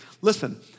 Listen